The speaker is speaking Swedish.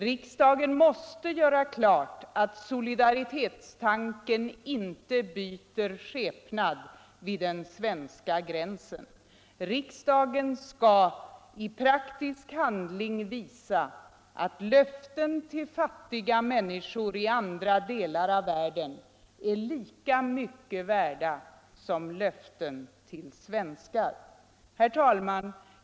Riksdagen måste göra klart att solidaritetstanken inte byter skepnad vid den svenska gränsen. Riksdagen skall i praktisk handling visa att löften till fattiga människor i andra delar av världen är lika mycket värda som löften till svenskar. Herr talman!